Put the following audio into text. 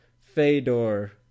Fedor